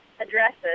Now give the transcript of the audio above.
addresses